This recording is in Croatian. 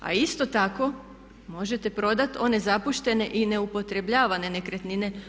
A isto tako možete prodati one zapuštene i neupotrebljavane nekretnine.